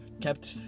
kept